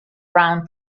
round